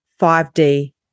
5D